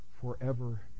forever